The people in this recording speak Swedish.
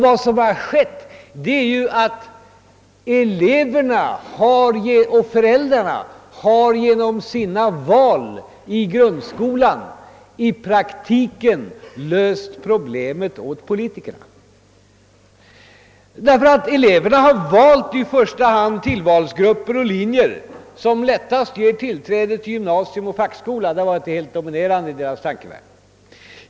Vad som skett är att elever och föräldrar genom sina val i grundskolan i praktiken löst problemet åt politikerna; eleverna har i första hand valt grupper och linjer som lättast ger dem tillträde till gymnasium och fackskola. Detta har varit helt dominerande i deras tankevärld.